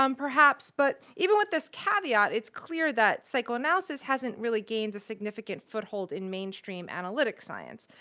um perhaps. but even with this caveat, it's clear that psychoanalysis hasn't really gained a significant foothold in mainstream analytic science.